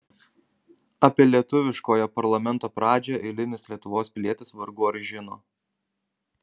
apie lietuviškojo parlamento pradžią eilinis lietuvos pilietis vargu ar žino